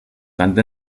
tant